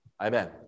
Amen